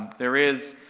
there is,